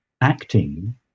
acting